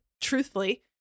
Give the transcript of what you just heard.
truthfully